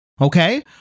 Okay